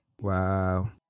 Wow